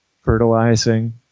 fertilizing